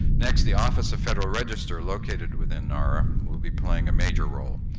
next, the office of federal register, located within nar, will be playing a major role.